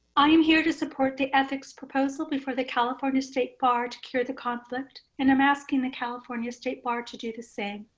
i'm here to support the ethics proposal before the california state bar to cure the conflict and i'm asking the california state bar to do the same.